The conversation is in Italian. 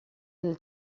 del